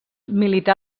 milità